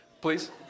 please